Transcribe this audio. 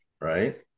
right